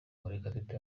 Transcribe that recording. murekatete